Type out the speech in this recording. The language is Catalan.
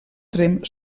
tremp